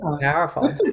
powerful